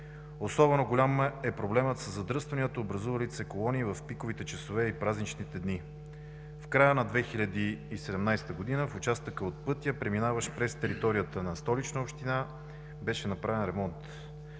Особено голям е проблемът със задръстванията, образувалите се колони в пиковите часове и празничните дни. В края на 2017 г. в участъка от пътя, преминаващ през територията на Столична община, беше направен ремонт.